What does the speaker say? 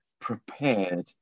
prepared